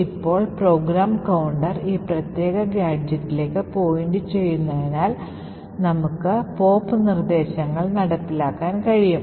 ഇപ്പോൾ program counter ഈ പ്രത്യേക ഗാഡ്ജെറ്റിലേക്ക് പോയിന്റു ചെയ്യുന്നതിനാൽ നമുക്ക് പോപ്പ് നിർദ്ദേശങ്ങൾ നടപ്പിലാക്കാൻ കഴിയും